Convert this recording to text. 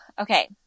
okay